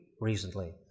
recently